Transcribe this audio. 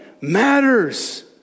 Matters